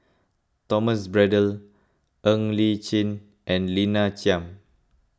Thomas Braddell Ng Li Chin and Lina Chiam